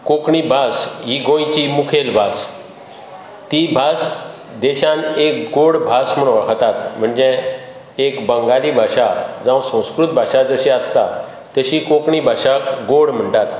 कोंकणी भास ही गोंयची मुखेल भास ती भास देशान एक गोड भास म्हूण वळखतात म्हणजे एक बंगाली भाशा जावं संस्कृत भाशा जशी आसा तशी कोंकणी भाशाक गोड म्हणटात